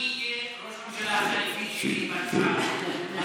מי יהיה ראש הממשלה החליפי שלי בהצעת החוק.